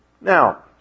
Now